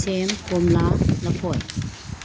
ꯁꯦꯝ ꯀꯣꯝꯂꯥ ꯂꯐꯣꯏ